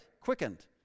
Quickened